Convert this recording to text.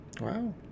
wow